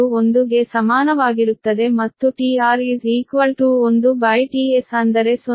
11 ಗೆ ಸಮಾನವಾಗಿರುತ್ತದೆ ಮತ್ತು tR 1tS ಅಂದರೆ 0